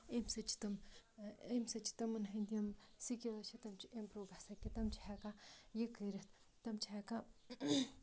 امہِ سۭتۍ چھِ تِم امہِ سۭتۍ چھِ تِمَن ہٕنٛدۍ یِم سِکِلٕز چھِ تِم چھِ اِمپرٛوٗ گژھان کہِ تِم چھِ ہٮ۪کان یہِ کٔرِتھ تِم چھِ ہٮ۪کان